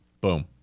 Boom